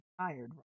tired